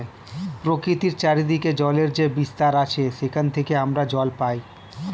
প্রকৃতির চারিদিকে জলের যে বিস্তার আছে সেখান থেকে আমরা জল পাই